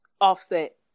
Offset